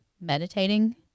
meditating